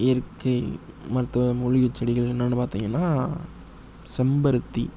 இயற்கை மருத்துவ மூலிகை செடிகள் என்னான்னு பார்த்தீங்கன்னா செம்பருத்தி